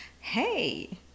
Hey